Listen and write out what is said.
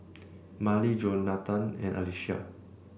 Marlie Jonatan and Alicia